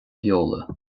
sheoladh